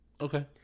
Okay